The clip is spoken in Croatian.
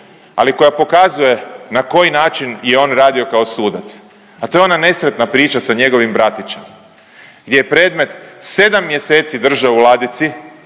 ali koja pokazuje na koji način je on radio kao sudac, a to je ona nesretna priča sa njegovim bratićem gdje je predmet 7 mjeseci držao u ladici